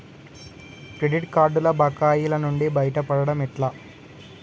Credit కార్డుల బకాయిల నుండి బయటపడటం ఎట్లా?